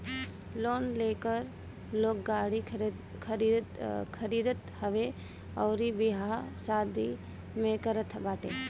loan लेके लोग गाड़ी खरीदत हवे अउरी बियाह शादी भी करत बाटे